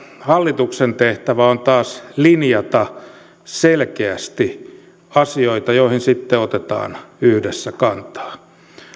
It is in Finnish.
hallituksen tehtävä on taas linjata selkeästi asioita joihin sitten otetaan yhdessä kantaa